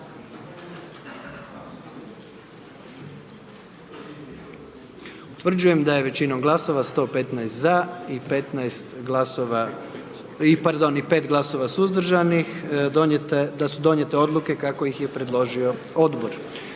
Utvrđujem da je većinom glasova, 115 za i 15 glasova, i pardon 5 glasova suzdržanih da su donijete odluke kako ih je predložio odbor.